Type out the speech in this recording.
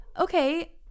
okay